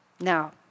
now